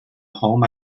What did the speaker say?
home